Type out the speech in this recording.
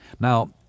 Now